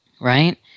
right